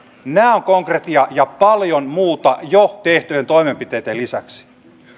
nämä ovat konkretiaa ja paljon muuta on jo tehtyjen toimenpiteiden lisäksi